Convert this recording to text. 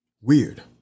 weird